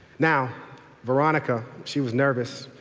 now veronica, she was nervous.